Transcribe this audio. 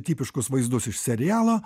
tipiškus vaizdus iš serialo